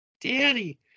Daddy